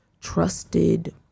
trusted